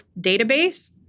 database